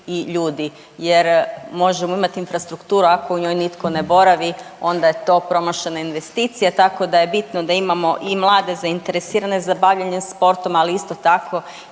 i ljudi jer možemo imati infrastrukturu ako u njoj nitko ne boravi onda je to promašena investicija. Tko da je bitno da imamo i mlade zainteresirane za bavljenje sportom, ali isto tako